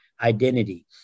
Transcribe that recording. identity